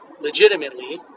legitimately